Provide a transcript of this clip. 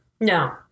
No